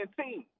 team